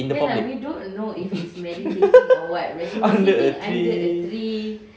in the public under a tree